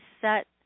set